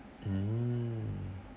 mm